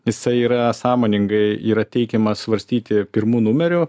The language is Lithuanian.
jisai yra sąmoningai yra teikiamas svarstyti pirmu numeriu